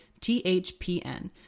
THPN